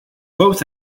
both